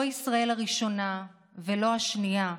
לא ישראל הראשונה ולא השנייה,